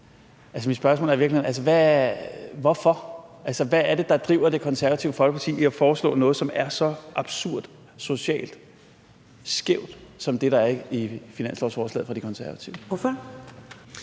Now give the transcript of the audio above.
Og mit spørgsmål er i virkeligheden: Hvorfor? Altså, hvad er det, der driver Det Konservative Folkeparti i forhold til at foreslå noget, som er så absurd socialt skævt som det, der er i finanslovsforslaget fra De Konservative? Kl.